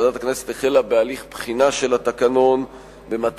ועדת הכנסת החלה בהליך בחינה של התקנון במטרה